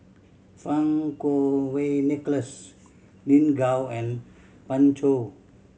Fang Kuo Wei Nicholas Lin Gao and Pan Chou